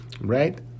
right